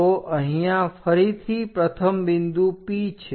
તો અહીંયા ફરીથી પ્રથમ બિંદુ P છે